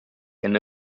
enne